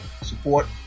support